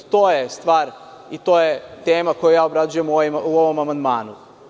To je stvar i to je tema kojuja obrađujem u ovom amandmanu.